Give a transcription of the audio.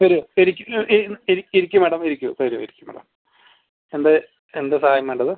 വരൂ ശരിക്കും എന്നാൽ ഇരി ഇരിക്കൂ മേഡം ഇരിക്കൂ വരൂ വരൂ മേഡം എന്ത് എന്ത് സഹായമാണ് വേണ്ടത്